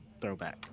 throwback